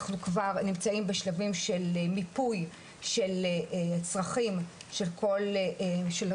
אנחנו כבר נמצאים בשלבים של מיפוי של הצרכים של מחנכים,